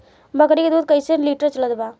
बकरी के दूध कइसे लिटर चलत बा?